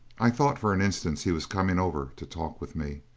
i thought for an instant he was coming over to talk with me.